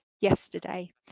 yesterday